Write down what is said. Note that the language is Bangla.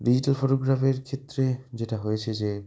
ডিজিটাল ফটোগ্রাফির ক্ষেত্রে যেটা হয়েছে যে